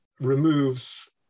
removes